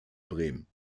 bremen